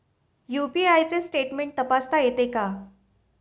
UPI चे statement तपासता येते का?